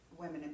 women